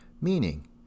meaning